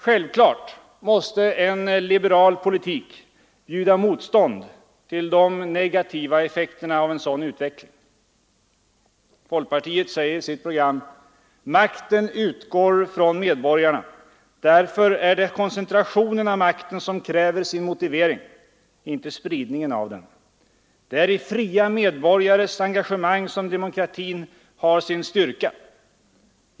Självklart måste en liberal politik bjuda motstånd till de negativa effekterna av en sådan utveckling. Folkpartiet säger i sitt program: ”Makten utgår från medborgarna. Därför är det koncentrationen av makten som kräver sin motivering — inte spridningen av den. Det är i fria medborgares engagemang som demokratin har sin styrka.